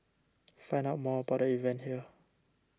find out more about the event here